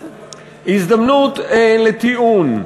הזדמנות לטיעון,